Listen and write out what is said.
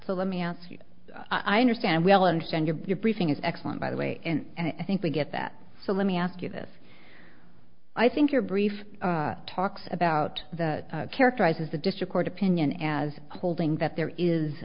so let me ask you i understand we all understand your your briefing is excellent by the way and i think we get that so let me ask you this i think your brief talks about the characterizes the district court opinion as holding that there is